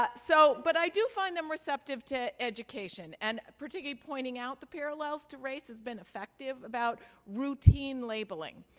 ah so but i do find them receptive to education. and particularly, pointing out the parallels to race has been affective about routine labeling.